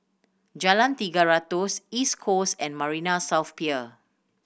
Jalan Tiga Ratus East Coast and Marina South Pier